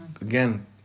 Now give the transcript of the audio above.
Again